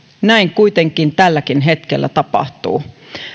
näin kuitenkin tälläkin hetkellä tapahtuu